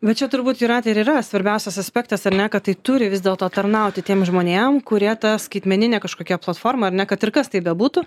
bet čia turbūt jūrate ir yra svarbiausias aspektas ar ne kad tai turi vis dėlto tarnauti tiem žmonėm kurie ta skaitmenine kažkokia platforma ar ne kad ir kas tai bebūtų